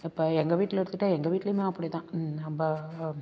இப்போ எங்கள் வீட்டில் எடுத்துகிட்டா எங்கள் வீட்லேயுமே அப்படிதான் நம்ம